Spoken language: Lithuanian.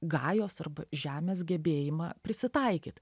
gajos arba žemės gebėjimą prisitaikyt